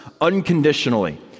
unconditionally